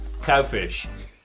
cowfish